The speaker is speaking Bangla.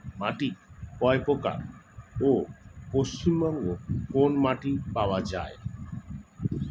মাটি কয় প্রকার ও পশ্চিমবঙ্গ কোন মাটি পাওয়া য়ায়?